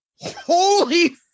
Holy